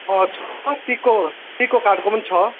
अँ छ टिकको टिकको काठको पनि छ